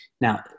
Now